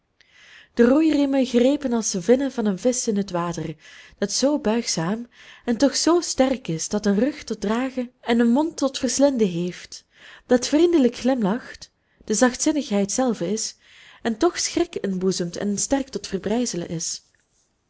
de roeiriemen grepen als vinnen van een visch in het water dat zoo buigzaam en toch zoo sterk is dat een rug tot dragen en een mond tot verslinden heeft dat vriendelijk glimlacht de zachtzinnigheid zelve is en toch schrik inboezemt en sterk tot verbrijzelen is